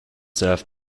served